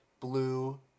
Blue